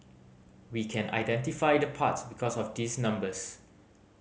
we can identify the parts because of these numbers